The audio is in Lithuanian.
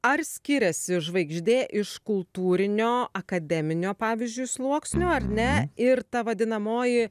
ar skiriasi žvaigždė iš kultūrinio akademinio pavyzdžiui sluoksnio ar ne ir ta vadinamoji